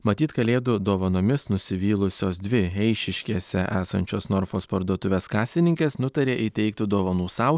matyt kalėdų dovanomis nusivylusios dvi eišiškėse esančios norfos parduotuvės kasininkės nutarė įteikti dovanų sau